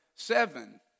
Seven